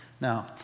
Now